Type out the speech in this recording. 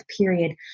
period